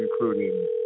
including